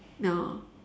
ya